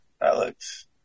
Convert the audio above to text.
Alex